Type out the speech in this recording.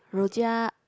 rojak